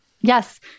Yes